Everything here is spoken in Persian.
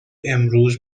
امروز